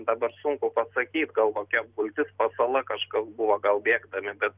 dabar sunku pasakyt gal kokia apgultis pasala kažkas buvo gal bėgdami bet